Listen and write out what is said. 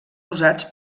usats